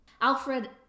Alfred